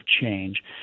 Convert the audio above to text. change